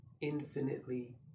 infinitely